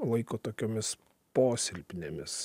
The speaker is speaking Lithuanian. laiko tokiomis posilpnėmis